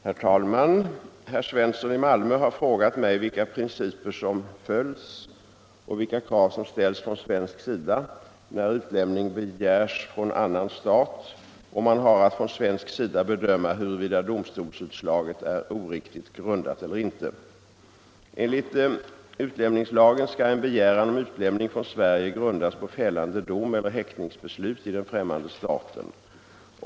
Herr talman! Herr Svensson i Malmö har frågat mig vilka principer som följs och vilka krav som ställs från svensk sida när utlämning begärs från annan stat och man har att från svensk sida bedöma huruvida domstolsutslaget är oriktigt grundat eller inte. Enligt utlämningslagen skall en begäran om utlämning från Sverige grundas på fällande dom eller häktningsbeslut i den främmande staten.